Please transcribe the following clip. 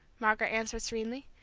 margaret answered serenely.